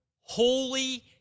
holy